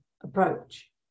approach